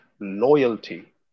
loyalty